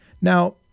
Now